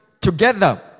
together